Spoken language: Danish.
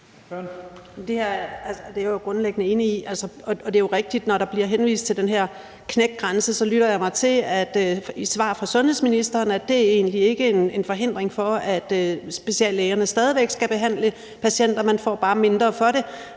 Det er jeg jo grundlæggende enig i. Og det er jo rigtigt, at når der bliver henvist til den her knækgrænse, lytter jeg mig til i svar fra sundhedsministeren, at det egentlig ikke er en forhindring for, at speciallægerne stadig væk skal behandle patienter. Man får bare mindre for det.